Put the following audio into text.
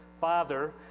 Father